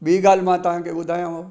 ॿी ॻाल्हि मां तव्हां खे ॿुधायांव